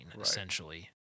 essentially